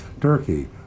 Turkey